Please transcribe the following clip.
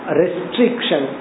restriction